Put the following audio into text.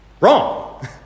Wrong